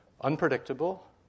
unpredictable